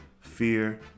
fear